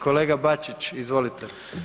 Kolega Bačić, izvolite.